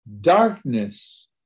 darkness